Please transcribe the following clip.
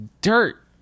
dirt